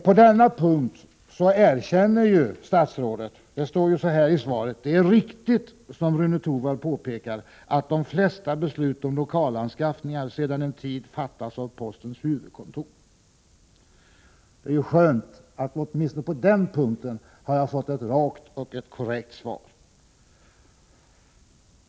På denna punkt erkänner ju statsrådet. Det står följande i svaret: ”Det är riktigt, som Rune Torwald påpekar, att de flesta beslut om lokalanskaffningar sedan en tid fattas av postens huvudkontor.” Det är skönt att jag åtminstone på den punkten har fått ett rakt och korrekt svar.